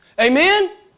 Amen